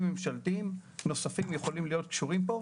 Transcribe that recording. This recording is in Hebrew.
ממשלתיים נוספים יכולים להיות קשורים פה.